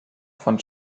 von